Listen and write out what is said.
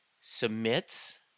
Submits